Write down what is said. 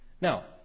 Now